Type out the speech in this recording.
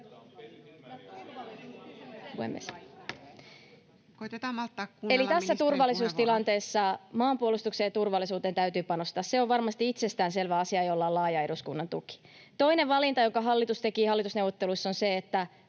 Eli tässä turvallisuustilanteessa maanpuolustukseen ja turvallisuuteen täytyy panostaa. Se on varmasti itsestäänselvä asia, jolla on laaja eduskunnan tuki. Toinen valinta, jonka hallitus teki hallitusneuvotteluissa, on se, että